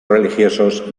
religiosos